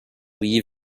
lee